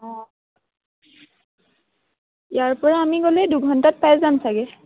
অঁ ইয়াৰপৰা আমি গ'লে দুঘণ্টাত পাই যাম চাগে